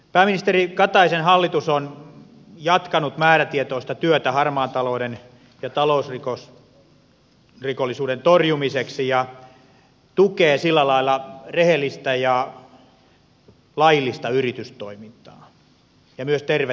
pääministeri kataisen hallitus on jatkanut määrätietoista työtä harmaan talouden ja talousrikollisuuden torjumiseksi ja tukee sillä lailla rehellistä ja laillista yritystoimintaa ja myös tervettä kilpailua